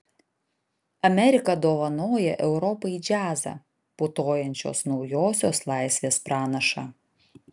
amerika dovanoja europai džiazą putojančios naujosios laisvės pranašą